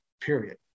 period